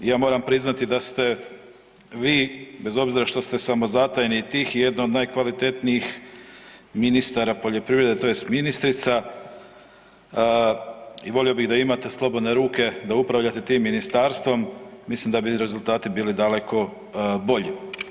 Ja moram priznati da ste vi bez obzira što ste samozatajni i tihi jedna od najkvalitetnijih ministara poljoprivrede tj. ministrica i volio bih da imate slobodne ruke da upravljate tim Ministarstvom, mislim da bi rezultati bili daleko bolji.